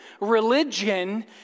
Religion